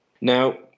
Now